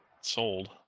sold